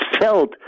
felt